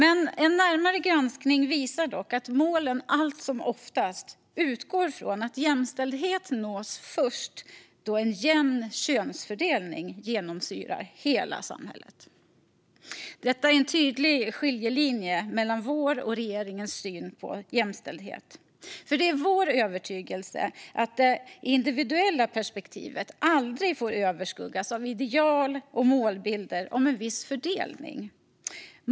En närmare granskning visar dock att målen allt som oftast utgår från att jämställdhet nås först när en jämn könsfördelning genomsyrar hela samhället. Detta är en tydlig skiljelinje mellan vår och regeringens syn på jämställdhet. Det är nämligen vår övertygelse att det individuella perspektivet aldrig får överskuggas av ideal och målbilder om en viss fördelning.